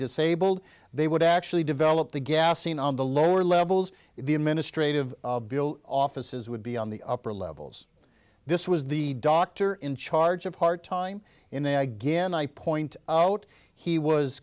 disabled they would actually develop the gassing on the lower levels the administration of offices would be on the upper levels this was the doctor in charge of part time in a i again i point out he was